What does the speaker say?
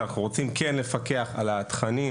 אנחנו רוצים לפקח על התכנים,